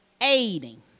aiding